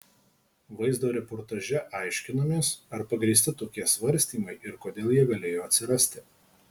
vaizdo reportaže aiškinamės ar pagrįsti tokie svarstymai ir kodėl jie galėjo atsirasti